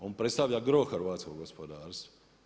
On predstavlja gro hrvatskog gospodarstva.